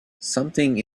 something